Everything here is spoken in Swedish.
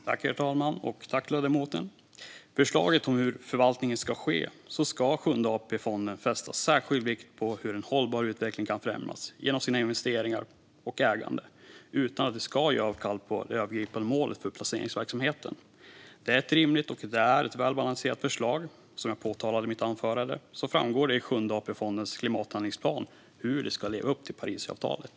Herr talman! I förslaget om hur förvaltningen ska ske ska Sjunde APfonden fästa särskild vikt vid hur en hållbar utveckling kan främjas genom sina investeringar och ägande utan att ge avkall på det övergripande målet för placeringsverksamheten. Det är ett rimligt och väl balanserat förslag. Som jag påpekade i mitt anförande framgår det i Sjunde AP-fondens klimathandlingsplan hur man ska leva upp till Parisavtalet.